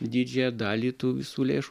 didžiąją dalį tų visų lėšų